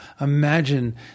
Imagine